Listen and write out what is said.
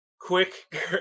quick